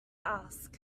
ask